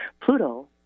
Pluto